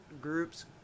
groups